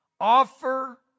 offer